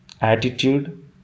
attitude